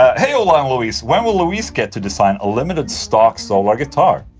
hey ola and louise, when will louise get to design a limited stock solar guitar?